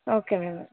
okay మేం